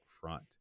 front